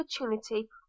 opportunity